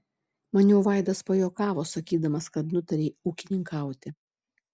maniau vaidas pajuokavo sakydamas kad nutarei ūkininkauti